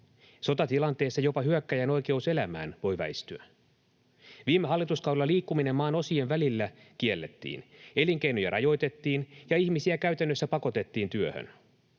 Sotatilanteessa jopa hyökkääjän oikeus elämään voi väistyä. Viime hallituskaudella liikkuminen maan osien välillä kiellettiin, elinkeinoja rajoitettiin ja ihmisiä käytännössä pakotettiin työhön.